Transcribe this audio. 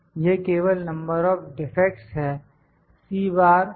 यह केवल number of defects है